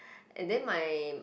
and then my